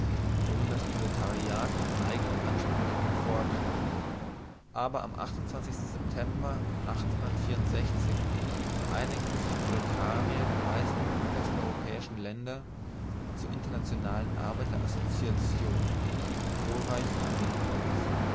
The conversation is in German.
worin das proletariat mit eignen ansprüchen hervortrat aber am september vereinigten sich proletarier der meisten westeuropäischen länder zur internationalen arbeiter assoziation glorreichen angedenkens